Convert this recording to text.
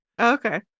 Okay